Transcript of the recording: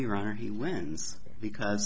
your honor he wins because